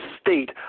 state